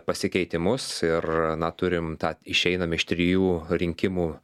pasikeitimus ir na turim tą išeinam iš trijų rinkimų